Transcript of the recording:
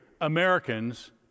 Americans